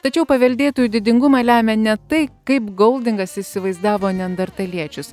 tačiau paveldėtojų didingumą lemia ne tai kaip goldingas įsivaizdavo neandertaliečius